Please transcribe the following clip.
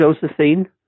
Josephine